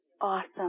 Awesome